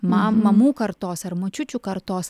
mam mamų kartos ar močiučių kartos